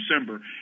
december